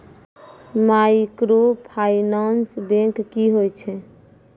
Microfinance bank की होय छै?